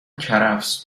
کرفس